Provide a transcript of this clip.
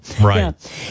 Right